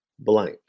Blank